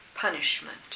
punishment